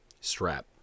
Strap